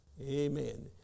amen